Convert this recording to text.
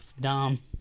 Dom